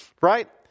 Right